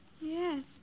Yes